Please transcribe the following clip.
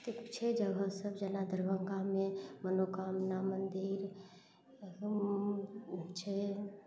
छै जगह सब जेना दरभंगामे मनोकामना मंदिर छै